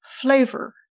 flavor